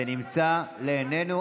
זה נמצא מול עינינו,